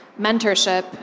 mentorship